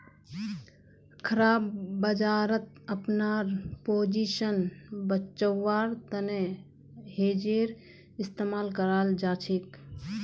खराब बजारत अपनार पोजीशन बचव्वार तने हेजेर इस्तमाल कराल जाछेक